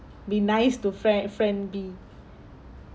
be nice to friend friend B